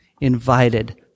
invited